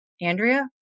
Andrea